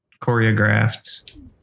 choreographed